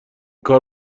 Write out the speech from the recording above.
کار